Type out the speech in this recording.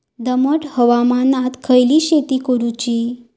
दमट हवामानात खयली शेती करूची?